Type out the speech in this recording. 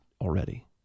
already